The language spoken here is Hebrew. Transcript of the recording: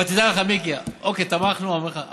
אבל תדע לך, מיקי, אוקיי, תמכנו, אני אומר לך,